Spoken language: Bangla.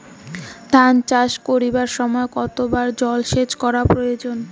ধান চাষ করিবার সময় কতবার জলসেচ করা প্রয়োজন?